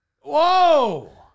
Whoa